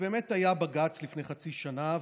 באמת היה בג"ץ לפני חצי שנה,